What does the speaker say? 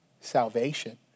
salvation